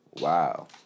Wow